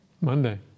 Monday